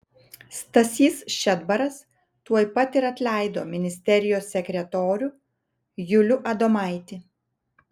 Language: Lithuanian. stasys šedbaras tuoj pat ir atleido ministerijos sekretorių julių adomaitį